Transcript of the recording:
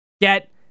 get